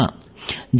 0 થી t